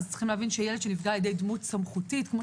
ילד שנפגע על-ידי דמות סמכותית כפי